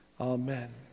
Amen